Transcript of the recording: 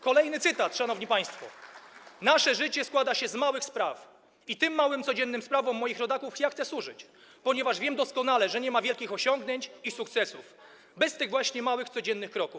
Kolejny cytat, szanowni państwo: Nasze życie składa się z małych spraw i tym małym codziennym sprawom moich rodaków ja chcę służyć, ponieważ wiem doskonale, że nie ma wielkich osiągnięć i sukcesów bez tych właśnie małych codziennych kroków.